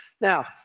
Now